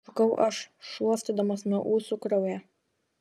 sušukau aš šluostydamas nuo ūsų kraują